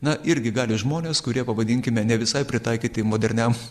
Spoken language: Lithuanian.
na irgi gali žmonės kurie pavadinkime ne visai pritaikyti moderniam